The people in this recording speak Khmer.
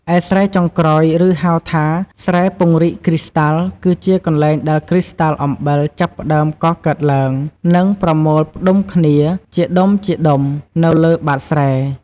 ឯស្រែចុងក្រោយ ឬហៅថាស្រែពង្រីកគ្រីស្តាល់ គឺជាកន្លែងដែលគ្រីស្តាល់អំបិលចាប់ផ្តើមកកើតឡើង និងប្រមូលផ្ដុំគ្នាជាដុំៗនៅលើបាតស្រែ។